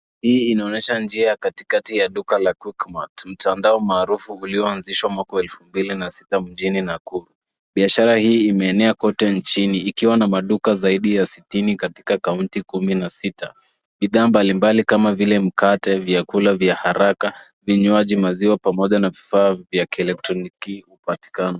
Hii inaonyesha njia ya katikati ya duka la Quickmart mtandao maarufu ulioanzishwa mwaka wa elfu mbili na sita mjini Nakuru. Biashara hii imeenea kote nchini, ikiwa na maduka zaidi ya sitini katika kaunti kumi na sita. Bidhaa mbalimbali kama vile mkate, vyakula vya haraka, vinywaji, maziwa, pamoja na vifaa vya kieletroniki hupatikana.